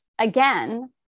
again